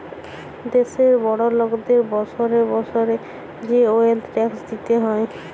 দ্যাশের বড় লকদের বসরে বসরে যে ওয়েলথ ট্যাক্স দিতে হ্যয়